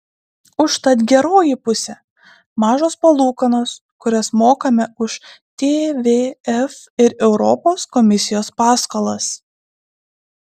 užtat geroji pusė mažos palūkanos kurias mokame už tvf ir europos komisijos paskolas